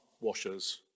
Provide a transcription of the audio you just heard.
washers